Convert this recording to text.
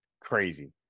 Crazy